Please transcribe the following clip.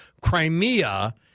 Crimea